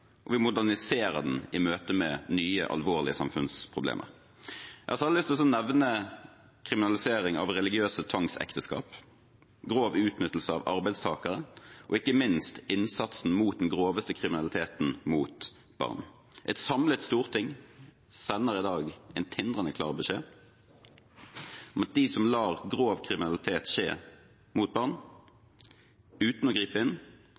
og vi moderniserer den i møte med nye alvorlige samfunnsproblemer. Jeg har lyst til å nevne kriminalisering av religiøse tvangsekteskap, grov utnyttelse av arbeidstakere og ikke minst innsatsen mot den groveste kriminaliteten som begås mot barn. Et samlet storting sender i dag en tindrende klar beskjed: De som lar grov kriminalitet skje mot barn uten å gripe inn,